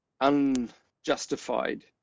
unjustified